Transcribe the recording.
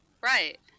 Right